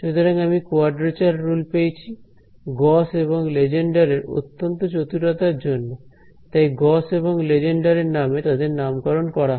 সুতরাং আমি quadrature rule পেয়েছি গস এবং লেজেন্ডার এর অত্যন্ত চতুরতার জন্য তাই গস এবং লেজেন্ডার এর নামে তাদের নামকরণ করা হয়